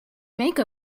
make